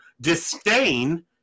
disdain